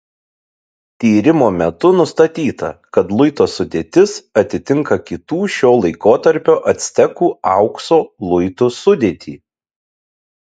tyrimo metu nustatyta kad luito sudėtis atitinka kitų šio laikotarpio actekų aukso luitų sudėtį